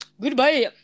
Goodbye